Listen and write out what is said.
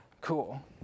Cool